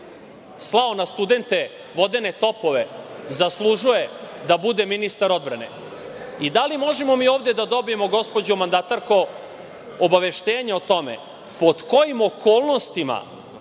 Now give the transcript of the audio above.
slao na studente vodene topove zaslužuje da bude ministar odbrane? Da li možemo mi ovde da dobije, gospođo mandatarko, obaveštenje o tome pod kojim okolnostima